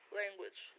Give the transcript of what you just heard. language